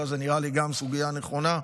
נראית לי גם סוגיה נכונה.